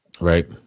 Right